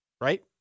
Right